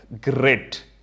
Great